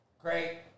Great